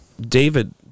David